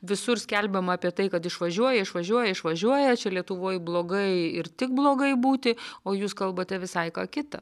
visur skelbiama apie tai kad išvažiuoja išvažiuoja išvažiuoja čia lietuvoje blogai ir tik blogai būti o jūs kalbate visai ką kita